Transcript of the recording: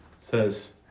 Says